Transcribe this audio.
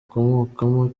akomokamo